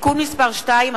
(תיקון מס' 2),